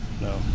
no